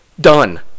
Done